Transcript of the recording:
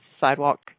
sidewalk